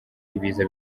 ibiza